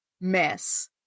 mess